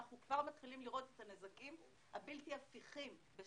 אנחנו כבר מתחילים לראות את הנזקים הבלתי הפיכים של